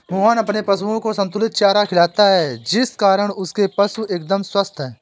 मोहन अपने पशुओं को संतुलित चारा खिलाता है जिस कारण उसके पशु एकदम स्वस्थ हैं